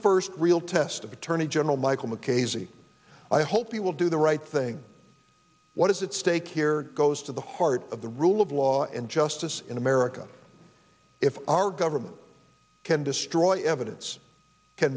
first real test of attorney general michael mckay z i hope you will do the right thing what is its stake here goes to the heart of the rule of law and justice in america if our government can destroy evidence